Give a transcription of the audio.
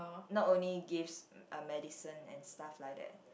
not only gives uh medicine and stuff like that